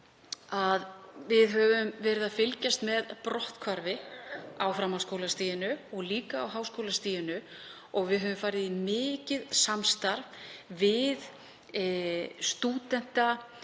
við höfum verið að fylgjast með brotthvarfi á framhaldsskólastiginu og eins á háskólastiginu. Við höfum farið í mikið samstarf við stúdenta